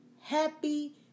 happy